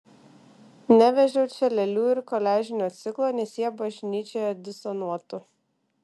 nevežiau čia lėlių ir koliažinio ciklo nes jie bažnyčioje disonuotų